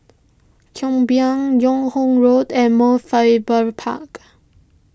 Yung Ho Road and Mount Faber Park